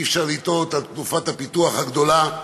אי-אפשר לטעות בתנופת הפיתוח הגדולה,